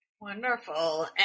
Wonderful